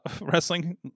wrestling